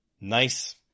Nice